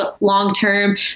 long-term